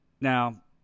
Now